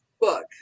book